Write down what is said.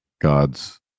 god's